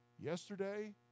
yesterday